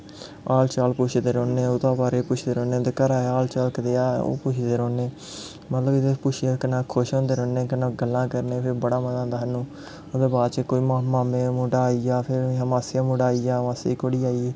हाल चार पुच्छदे रौह्ने ओह्दै बारै च पुछदे रौंह्ने घरा दा हाल चाल कनेहा ऐ ओह् पुच्छदे रौह्ने मतलब इ'यां पुछियै कन्नै खुश होंदे रौह्न्ने गल्लां करने फिर बड़ा मज़ा आंदा सानूं ओह्दे बाद कोई माम्मे दा मुड़ा आई जा फिर मासी दा मुड़ा आई गेआ मासी दा मुड़ा मासी दी कुड़ी आई गी